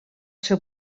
seu